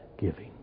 giving